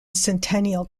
centennial